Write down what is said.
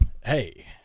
hey